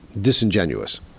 disingenuous